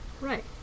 right